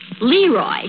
Leroy